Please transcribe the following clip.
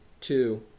two